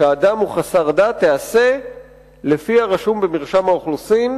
שאדם הוא חסר דת תיעשה לפי הרשום במרשם האוכלוסין,